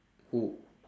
who